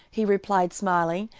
he replied smiling,